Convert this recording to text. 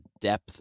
depth